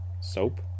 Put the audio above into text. Soap